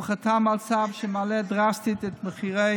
הוא חתם על צו שמעלה דרסטית את מחירי